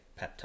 peptide